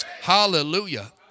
Hallelujah